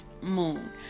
moon